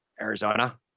Arizona